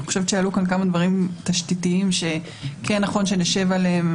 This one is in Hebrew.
אני חושבת שעלו כאן כמה דברים תשתיתיים שכן חשוב שנשב עליהם,